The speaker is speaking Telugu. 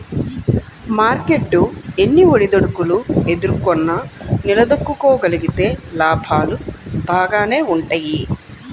మార్కెట్టు ఎన్ని ఒడిదుడుకులు ఎదుర్కొన్నా నిలదొక్కుకోగలిగితే లాభాలు బాగానే వుంటయ్యి